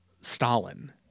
Stalin